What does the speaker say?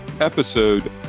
Episode